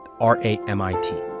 R-A-M-I-T